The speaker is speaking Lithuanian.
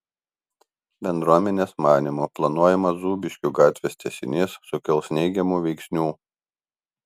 bendruomenės manymu planuojamas zūbiškių gatvės tęsinys sukels neigiamų veiksnių